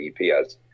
EPS